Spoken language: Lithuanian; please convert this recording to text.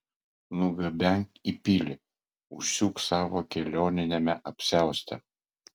nugabenk į pilį užsiūk savo kelioniniame apsiauste